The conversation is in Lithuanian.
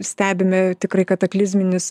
stebime tikrai kataklizminius